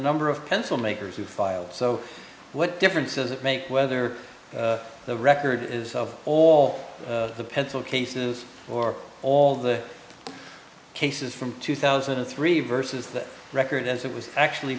number of pencil makers who filed so what difference does it make whether the record is all the pencil case of or all the cases from two thousand and three versus the record as it was actually